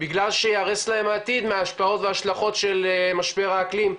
בגלל שייהרס להם העתיד מהשפות והשלכות של משבר האקלים,